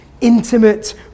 intimate